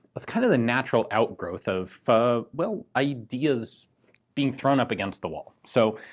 it's kind of the natural outgrowth of well, ideas being thrown up against the wall. so,